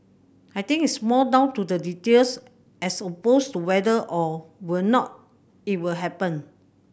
I think it's more down to the details as opposed to whether or would not it will happen